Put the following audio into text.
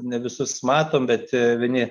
ne visus matom bet vieni